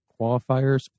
qualifiers